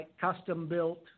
custom-built